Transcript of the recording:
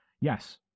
yes